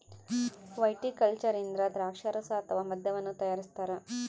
viticulture ಇಂದ ದ್ರಾಕ್ಷಾರಸ ಅಥವಾ ಮದ್ಯವನ್ನು ತಯಾರಿಸ್ತಾರ